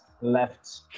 left